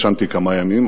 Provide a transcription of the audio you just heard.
ישנתי כמה ימים,